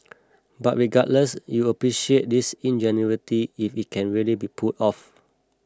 but regardless you'd appreciate its ingenuity if it can really be pulled off